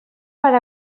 per